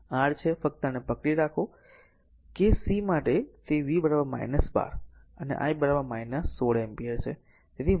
તેથી આ r છે ફક્ત આને પકડી રાખો r કેસ c તે V 12 અને I 16 એમ્પીયર છે